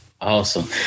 Awesome